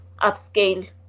upscale